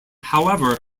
however